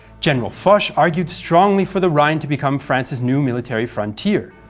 general foch argued strongly for the rhine to become france's new military frontier,